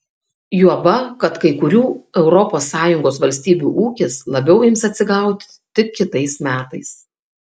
juoba kad kai kurių europos sąjungos valstybių ūkis labiau ims atsigauti tik kitais metais